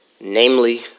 namely